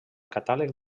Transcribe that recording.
catàleg